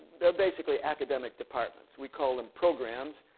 they're basically academic departments. we call them programs.